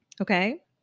Okay